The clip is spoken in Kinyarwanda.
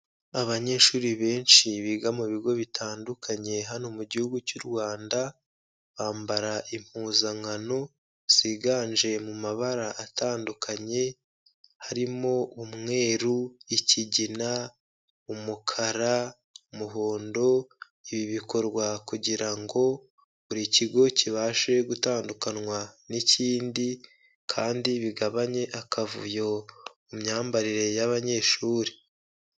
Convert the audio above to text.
Abanyeshuri benshi biga mu bigo bitandukanye hano mu gihugu cy'u Rwanda, bambara impuzankano ziganje mu mabara atandukanye, harimo umweru, ikigina, umukara, umuhondo, ibi bikorwa kugira ngo buri kigo kibashe gutandukanywa n'ikindi kandi bigabanye akavuyo mu myambarire y'abanyeshuri.